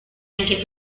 anche